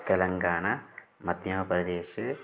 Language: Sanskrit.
तेलङ्गाण मध्यमप्रदेशे